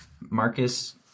Marcus